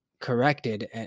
corrected